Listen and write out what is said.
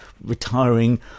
retiring